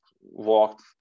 walked